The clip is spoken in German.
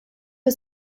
wir